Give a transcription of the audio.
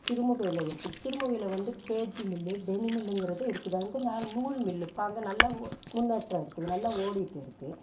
சிறுமுகையில் இருக்குது சிறுமுகையில் வந்து கேஜி மில்லு டென்னி மில்லுங்கிறது இருக்குது அங்கே நால் நூல் மில்லு இப்போ அங்கே நல்லா உ முன்னேற்றம் இருக்குது நல்ல ஓடிகிட்டு இருக்குது